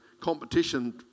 competition